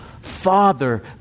father